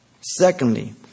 Secondly